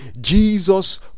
Jesus